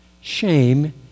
Shame